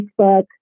Facebook